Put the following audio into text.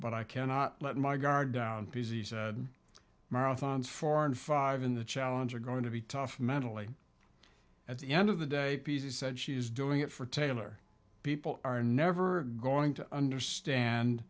but i cannot let my guard down busy marathons four and five in the challenge are going to be tough mentally at the end of the day pieces said she is doing it for taylor people are never going to understand